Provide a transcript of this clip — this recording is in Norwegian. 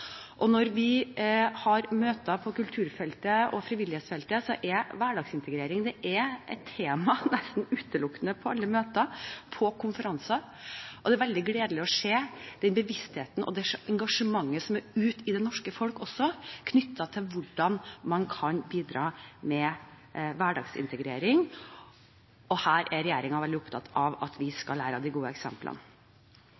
Når vi har møter på kulturfeltet og frivillighetsfeltet, så er hverdagsintegrering et tema nesten utelukkende på alle møter, på konferanser, og det er veldig gledelig å se den bevisstheten og det engasjementet som er ute i det norske folk knyttet til hvordan man kan bidra til hverdagsintegrering. Her er regjeringen veldig opptatt av at vi